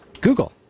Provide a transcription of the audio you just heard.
Google